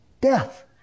death